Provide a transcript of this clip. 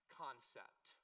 concept